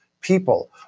people